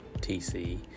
TC